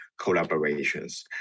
collaborations